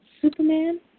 Superman